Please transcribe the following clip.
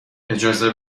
اجازه